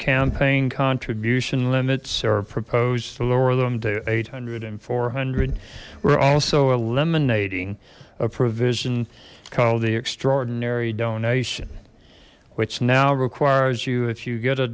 campaign contribution limits or proposed to lower them they're eight hundred and four hundred we're also eliminating a provision called the extraordinary donation which now requires you if you get a